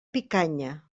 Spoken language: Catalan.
picanya